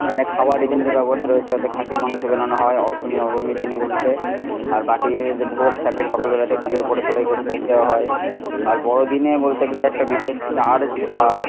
এখানে খাওয়ার রীতিনীতি ব্যবস্থা রয়েছে অর্থাৎ খাসির মাংস বিলানো হয় অষ্টমী নবমীর দিনগুলিতে আর বাকি যে ভোগ থাকে সকালবেলাতে পুজোর পরে সবাইকে ভোগ দেওয়া হয় আর বড়দিনে বলতে গেলে একটা বিশেষ চার্চ বা